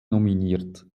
nominiert